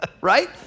right